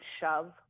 shove